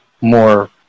more